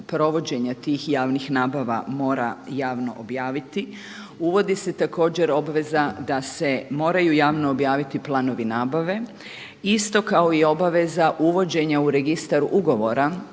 provođenja tih javnih nabava mora javno objaviti, uvodi se također obveza da se moraju javno objaviti planovi nabave, isto kao i obaveza uvođenja u registar ugovora